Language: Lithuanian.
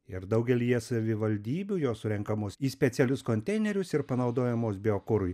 ir daugelyje savivaldybių jos surenkamos į specialius konteinerius ir panaudojamos biokurui